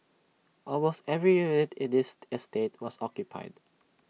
almost every unit in this estate was occupied